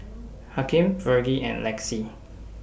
Hakim Vergie and Lexie